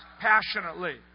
passionately